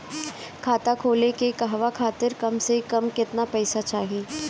खाता खोले के कहवा खातिर कम से कम केतना पइसा चाहीं?